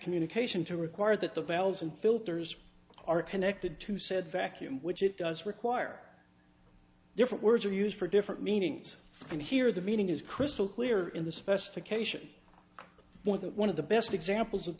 communication to require that the valves and filters are connected to said vacuum which it does require different words are used for different meanings and here the meaning is crystal clear in the specification for that one of the best examples of